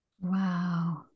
Wow